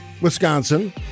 Wisconsin